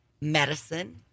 medicine